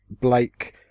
Blake